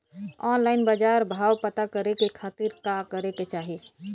Online बाजार भाव पता करे के खाती का करे के चाही?